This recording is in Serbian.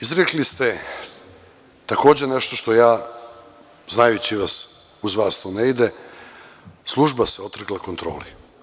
Izrekli ste, takođe, nešto što, znajući vas, uz vas ne ide - služba se otrgla kontroli.